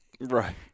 Right